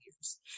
years